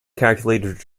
calculated